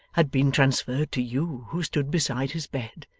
had been transferred to you who stood beside his bed.